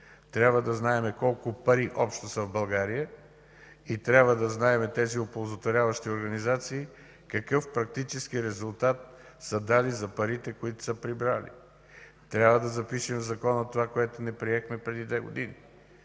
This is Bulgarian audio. Трябва да знаем общо колко пари са в България и да знаем тези оползотворяващи организации какъв практически резултат са дали за парите, които са прибрали. Трябва да запишем в Закона това, което не приехме преди две години